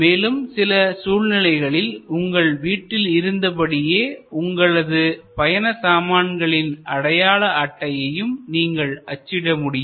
மேலும் சில சூழ்நிலைகளில் உங்கள் வீட்டில் இருந்தபடியே உங்களது பயண சாமான்களின் அடையாள அட்டையையும் நீங்கள் அச்சிட முடியும்